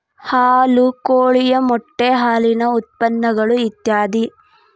ಹಾಲು ಕೋಳಿಯ ಮೊಟ್ಟೆ ಹಾಲಿನ ಉತ್ಪನ್ನಗಳು ಇತ್ಯಾದಿ